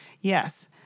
yes